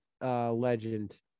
legend